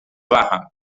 bajan